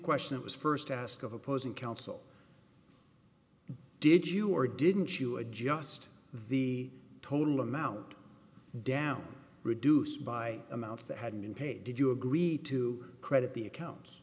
question it was first asked of opposing counsel did you or didn't you adjust the total amount down reduced by amounts that hadn't paid did you agree to credit the account